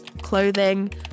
clothing